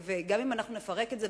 גם אנחנו נפרק את זה,